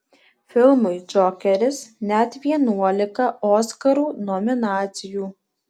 filmui džokeris net vienuolika oskarų nominacijų